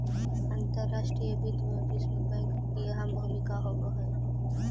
अंतर्राष्ट्रीय वित्त में विश्व बैंक की अहम भूमिका होवअ हई